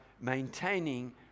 maintaining